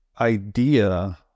idea